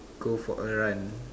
go for a run